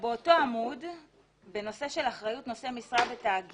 אני מזכירה לאדוני שבנושא של אחריות נושא משרה בתאגיד